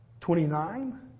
twenty-nine